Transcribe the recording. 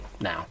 now